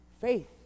faith